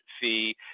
fee